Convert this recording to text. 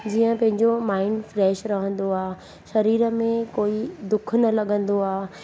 जीअं पंहिंजो mind fresh रहंदो आहे शरीर में कोई दुख न लॻंदो आहे